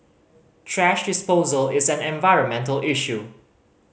thrash disposal is an environmental issue